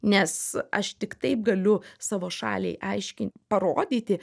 nes aš tik taip galiu savo šaliai aiškiai parodyti